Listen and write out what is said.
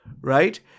right